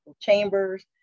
chambers